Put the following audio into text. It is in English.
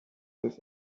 with